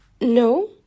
no